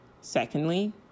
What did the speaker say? Secondly